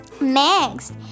Next